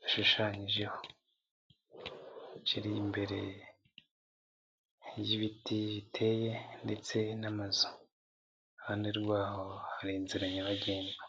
gishushanyije kiri imbere y'ibiti biteye ndetse n'amazu iruhande raho hari inzira nyabagendwa.